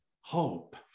hope